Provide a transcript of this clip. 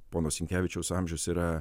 pono sinkevičiaus amžius yra